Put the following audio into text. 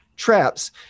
traps